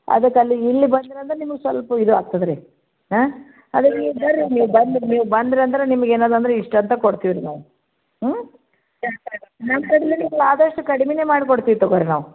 ಅದಕ್ಕೆ ಅಲ್ಲಿ ಇಲ್ಲಿ ಬಂದ್ರು ಅಂದ್ರೆ ನಿಮಗೆ ಸ್ವಲ್ಪ ಇದು ಆಗ್ತದೆ ರೀ ಹಾಂ ಅದಕ್ಕೆ ನೀವು ಬರ್ರಿ ನೀವು ಬಂದು ನೀವು ಬಂದ್ರಿ ಅಂದ್ರೆ ನಿಮಗೆ ಏನಾದೆ ಅಂದ್ರೆ ಇಷ್ಟ ಅಂತ ಕೊಡ್ತೀವಿ ರೀ ನಾವು ಹ್ಞೂ ನಮ್ಮ ಕಡೆನೆ ನಿಮ್ಗೆ ಆದಷ್ಟು ಕಡಿಮೆಯೇ ಮಾಡ್ಕೊಡ್ತೀವಿ ತಗೊಳ್ರಿ ನಾವು